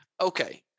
okay